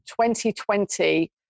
2020